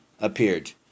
appeared